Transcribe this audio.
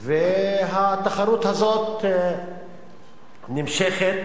והתחרות הזאת נמשכת